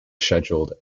scheduled